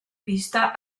vista